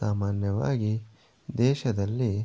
ಸಾಮಾನ್ಯವಾಗಿ ದೇಶದಲ್ಲಿ